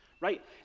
right